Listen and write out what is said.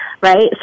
right